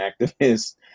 activist